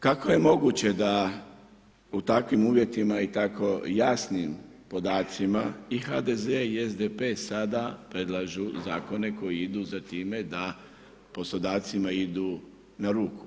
Kako je moguće da u takvim uvjetima i tako jasnim podacima i HDZ i SDP sada predlaže zakone koji idu za time poslodavcima idu na ruku?